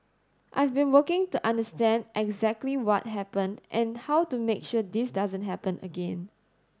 I've been working to understand exactly what happened and how to make sure this doesn't happen again